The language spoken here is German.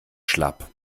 schlapp